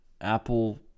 apple